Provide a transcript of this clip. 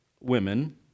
women